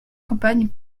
campagne